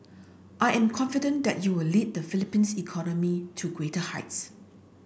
I am confident that you will lead the Philippines economy to greater heights